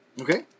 Okay